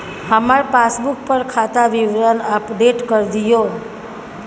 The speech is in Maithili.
हमर पासबुक पर खाता विवरण अपडेट कर दियो